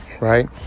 right